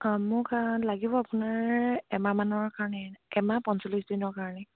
অঁ মোক লাগিব আপোনাৰ এমাহমানৰ কাৰণে এমাহ পঞ্চল্লিছ দিনৰ কাৰণে